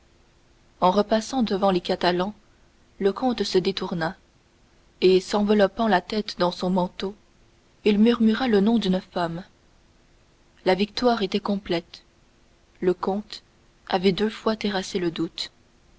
en repassant devant les catalans le comte se détourna et s'enveloppant la tête dans son manteau il murmura le nom d'une femme la victoire était complète le comte avait deux fois terrassé le doute